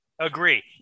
Agree